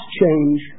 change